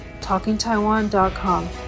TalkingTaiwan.com